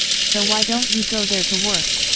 so why don't you go there to work?